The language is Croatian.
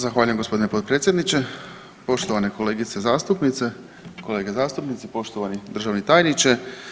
Zahvaljujem g. potpredsjedniče, poštovane kolegice zastupnice i kolege zastupnici, poštovani državni tajniče.